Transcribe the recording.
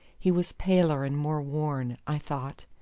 he was paler and more worn, i thought,